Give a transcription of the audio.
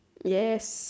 yes